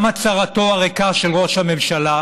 גם הצהרתו הריקה של ראש הממשלה,